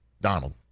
Donald